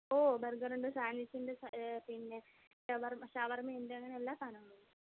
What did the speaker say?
ഓ ബർഗറുണ്ട് സാൻവിച്ചുണ്ട് പിന്നെ ശവർമ ശവർമ ഉണ്ട് അങ്ങനെ എല്ലാ സാധനങ്ങളും ഉണ്ട്